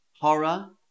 Horror